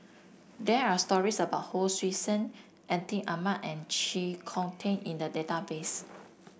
there are stories about Hon Sui Sen Atin Amat and Chee Kong Tet in the database